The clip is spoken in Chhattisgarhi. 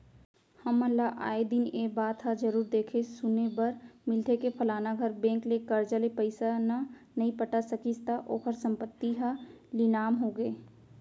हमन ल आय दिन ए बात ह जरुर देखे सुने बर मिलथे के फलाना घर बेंक ले करजा ले पइसा न नइ पटा सकिस त ओखर संपत्ति ह लिलाम होगे